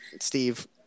steve